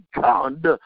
God